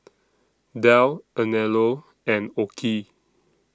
Dell Anello and OKI